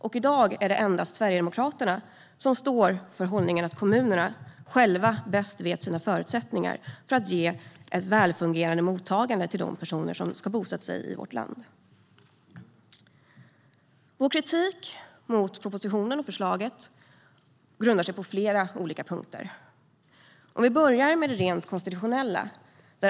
I dag är det endast Sverigedemokraterna som står för hållningen att kommunerna själva bäst vet sina förutsättningar för att ge ett välfungerande mottagande för de personer som ska bosätta sig i vårt land. Vår kritik mot förslaget i propositionen grundar sig på flera punkter. Jag börjar med det konstitutionella.